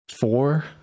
four